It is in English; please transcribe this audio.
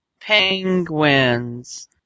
Penguins